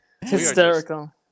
hysterical